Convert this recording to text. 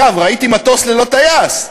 אגב, ראיתי מטוס ללא טייס.